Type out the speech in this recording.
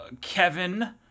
Kevin